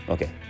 Okay